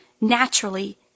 naturally